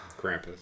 Krampus